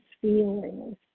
feelings